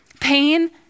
Pain